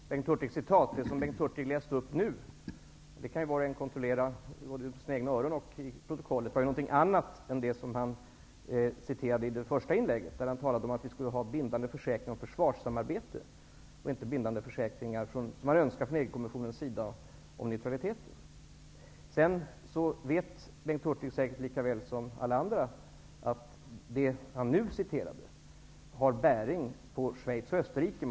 Herr talman! Först några ord beträffande citatet i Bengt Hurtigs huvudanförande. Det som Bengt Hurtig citerade i sitt inlägg nyss var dock -- det kan var och en kontrollera mot vad vederbörande hört med egna öron och mot protokollet -- något annat än det som han citerade i huvudanförandet, där han talade om att vi skall ha bindande försäkringar och försvarssamarbete och inte om bindande försäkringar, som man önskar från EG kommissionens sida, om neutraliteten. Bengt Hurtig vet säkert lika väl som alla andra att det han nyss citerade har bäring på Schweiz och Österrike.